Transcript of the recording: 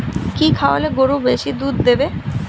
কি খাওয়ালে গরু বেশি দুধ দেবে?